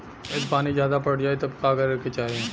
यदि पानी ज्यादा पट जायी तब का करे के चाही?